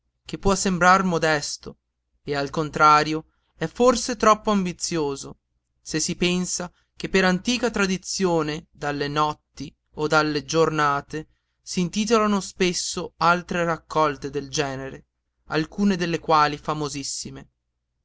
che può sembrar modesto e al contrario è forse troppo ambizioso se si pensa che per antica tradizione dalle notti o dalle giornate s'intitolarono spesso altre raccolte del genere alcune delle quali famosissime